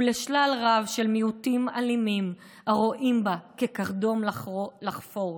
ולשלל רב של מיעוטים אלימים הרואים בה קרדום לחפור,